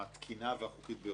התקינה והחוקית ביותר.